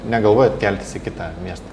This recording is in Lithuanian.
negalvojat keltis į kitą miestą